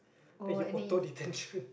then you auto detention